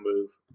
move